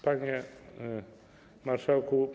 Panie Marszałku!